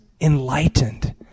enlightened